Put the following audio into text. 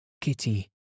Kitty